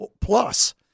plus